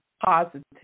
positive